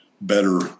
better